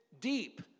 deep